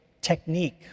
technique